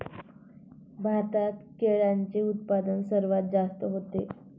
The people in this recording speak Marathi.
भारतात केळ्यांचे उत्पादन सर्वात जास्त होते